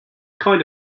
kind